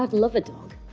ah love a dog.